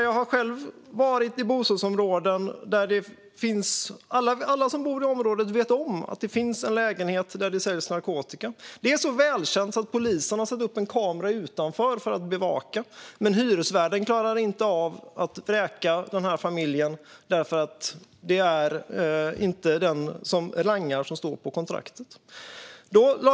Jag har själv varit i bostadsområden där alla de boende vet om att det finns en lägenhet där det säljs narkotika. Det är så välkänt att polisen har satt upp en kamera utanför för att bevaka, men hyresvärden kan inte vräka familjen, för det är inte den som langar som står på kontraktet.